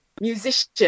musician